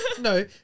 no